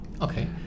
Okay